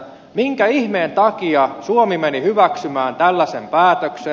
minkä ihmeen takia suomi meni hyväksymään tällaisen päätöksen